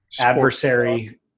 adversary